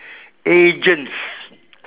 agents